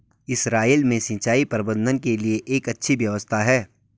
Israel में सिंचाई प्रबंधन के लिए एक अच्छी व्यवस्था है